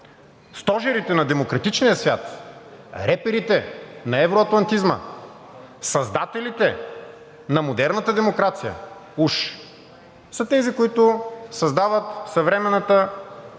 стожерите на демократичния свят, реперите на евроатлантизма, създателите на модерната демокрация уж са тези, които създават съвременната